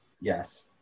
Yes